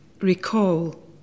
Recall